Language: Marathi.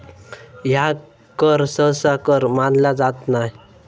ह्या कर सहसा कर मानला जात नाय